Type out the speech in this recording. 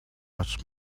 much